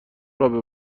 رابه